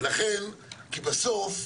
ולכן כי בסוף,